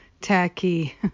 tacky